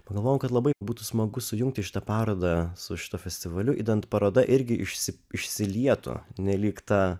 pagalvojau kad labai būtų smagu sujungti šitą parodą su šituo festivaliu idant paroda irgi išsi išsilietų nelyg ta